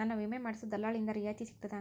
ನನ್ನ ವಿಮಾ ಮಾಡಿಸೊ ದಲ್ಲಾಳಿಂದ ರಿಯಾಯಿತಿ ಸಿಗ್ತದಾ?